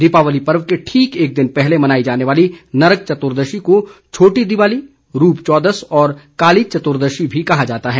दीपावली पर्व के ठीक एक दिन पहले मनाई जाने वाली नरक चतुर्दशी को छोटी दिवाली रूप चौदस और काली चतुर्दशी भी कहा जाता है